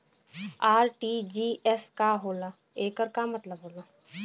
RTGS का होला एकर का मतलब होला?